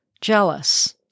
jealous